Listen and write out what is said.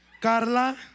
Carla